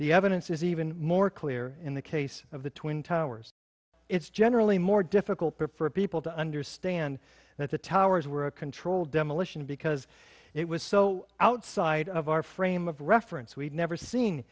the evidence is even more clear in the case of the twin towers it's generally more difficult for people to understand that the towers were a controlled demolition because it was so outside of our frame of reference we'd never seen